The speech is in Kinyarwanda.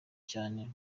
cyane